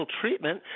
treatment